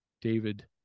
david